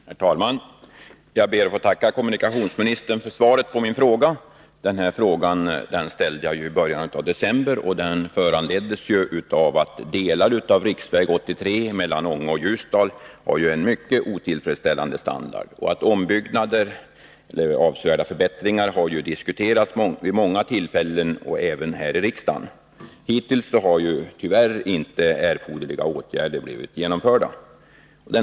Herr talman! Jag ber att få tacka kommunikationsministern för svaret på min fråga. Jag ställde frågan i början av december, och den föranleddes av att delar av riksväg 83 mellan Ånge och Ljusdal har en mycket otillfredsställande standard. Ombyggnader eller avsevärda förbättringar har ju diskuterats vid många tillfällen — även här i riksdagen. Hittills har erforderliga åtgärder tyvärr inte blivit genomförda.